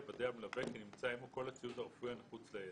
יוודא המלווה כי נמצא עמו כל הציוד הרפואי הנחוץ לילד.